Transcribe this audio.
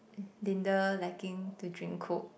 Linda liking to drink Coke